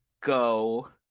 go